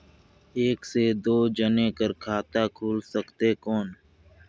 एक से दो जने कर खाता खुल सकथे कौन?